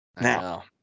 Now